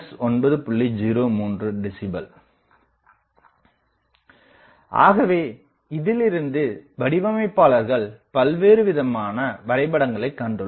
03 decibel ஆகவே இதிலிருந்து வடிவமைப்பாளர்கள் பல்வேறுவிதமான வரைபடங்களைக் கண்டுள்ளனர்